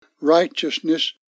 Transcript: righteousness